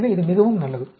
எனவே இது மிகவும் நல்லது